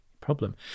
problem